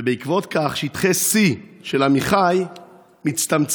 ובעקבות כך שטחי C של עמיחי מצטמצמים,